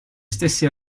stessi